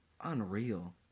Unreal